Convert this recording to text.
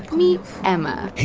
meet emma